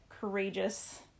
courageous